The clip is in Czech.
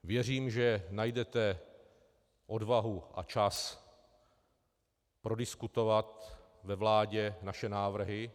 Věřím, že najdete odvahu a čas prodiskutovat ve vládě naše návrhy.